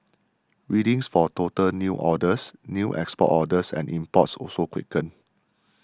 readings for total new orders new export orders and imports also quickened